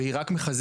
והיא רק מחזקת,